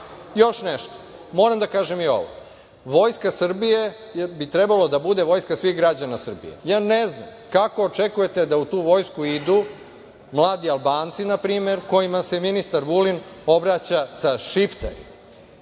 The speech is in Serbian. rat. Još nešto, moram da kažem i ovo Vojska Srbije bi trebalo da bude vojska svih građana Srbije. Ja ne znam kako očekujete da u tu vojsku idu mladi Albanci nrp. kojima se ministar Vulin obraća sa šiptari.